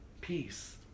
Peace